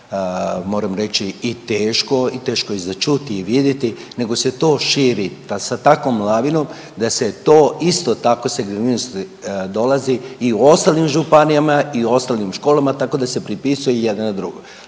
moram reći i teško i teško je za čuti i vidjeti nego se to širi da sa takvom lavinom da se to isto tako …/Govornik se ne razumije./… dolazi i u ostalim županijama i u ostalim školama tako da se pripisuje jedno drugoj.